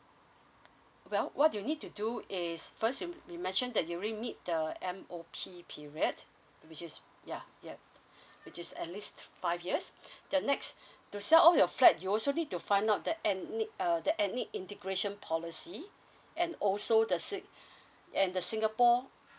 well what do you need to do is first you you mentioned that you already meet the M_O_P she periods which is ya yup which is at least five years the next to sell your flat you also need to find out that end need err the any integration policy and also the sing and the singapore